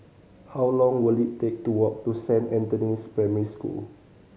how long will it take to walk to Saint Anthony's Primary School